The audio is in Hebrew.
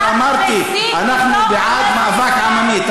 אבל אמרתי: אנחנו בעד מאבק עממי.